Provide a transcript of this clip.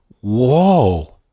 Whoa